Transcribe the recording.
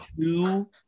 Two